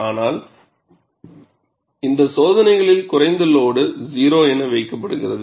ஆனால் இந்த சோதனைகளில் குறைந்த லோடு 0 என வைக்கப்படுகிறது